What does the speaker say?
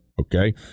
Okay